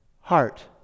heart